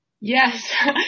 Yes